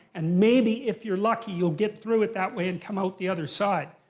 and maybe if you're lucky, you'll get through it that way and come out the other side.